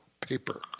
paper